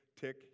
tick